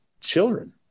children